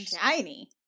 Shiny